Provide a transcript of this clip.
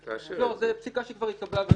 לא, זו פסיקה שכבר התקבלה.